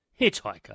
Hitchhiker